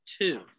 two